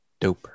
doper